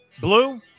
Blue